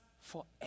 forever